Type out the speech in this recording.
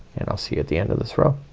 and i'll see you at the end of this row.